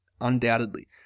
undoubtedly